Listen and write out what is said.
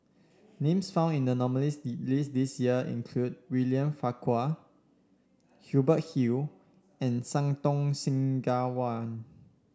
names found in the nominees' list this year include William Farquhar Hubert Hill and Santokh Singh Grewal